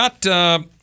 got